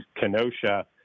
Kenosha